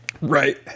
Right